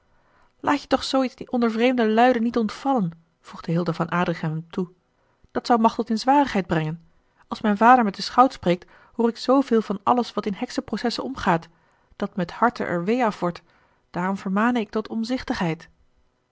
laat je toch zoo iets onder vreemde luiden niet ontvallen voegde hilda van adrichem hem toe dat zou machteld in zwarigheid brengen als mijn vader met den schout spreekt hoor ik zooveel van alles wat in heksen processen omgaat dat me het harte er wee af wordt daarom vermane ik tot omzichtigheid